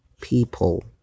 People